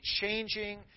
changing